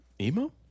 Emo